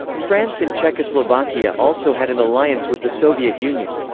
france and czechoslovakia also had an alliance with the soviet union.